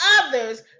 others